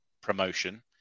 promotion